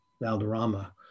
Valderrama